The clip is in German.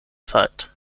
zeit